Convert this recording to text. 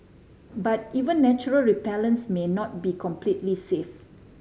but even natural repellents may not be completely safe